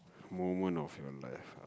moment of your life ah